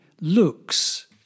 looks